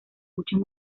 muchos